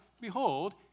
behold